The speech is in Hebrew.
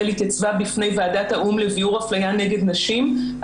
התייצבה בפני ועדת האו"ם לביעור אפליה נגד נשים,